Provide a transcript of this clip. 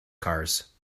cars